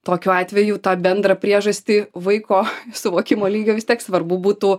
tokiu atveju tą bendrą priežastį vaiko suvokimo lygio vis tiek svarbu būtų